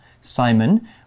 Simon